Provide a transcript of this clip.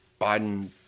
Biden